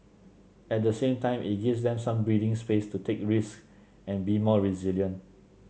at the same time it gives them some breathing space to take risks and be more resilient